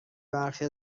برخی